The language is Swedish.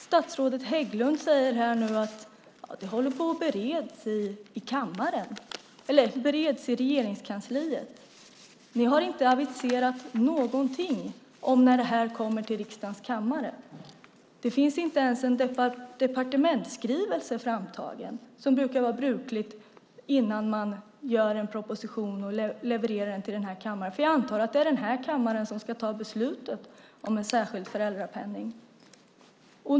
Statsrådet Hägglund säger nu här att det håller på att beredas i Regeringskansliet. Ni har inte aviserat någonting om när det här kommer till riksdagens kammare. Det finns inte ens en departementsskrivelse framtagen, vilket är brukligt innan man levererar en proposition till den här kammaren - för jag antar att det är den här kammaren som ska ta beslutet om en särskild föräldrapenning.